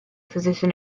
physician